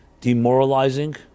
demoralizing